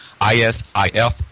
ISIF